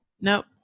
Nope